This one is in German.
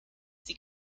sie